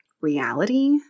reality